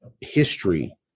history